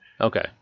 Okay